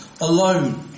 alone